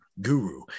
guru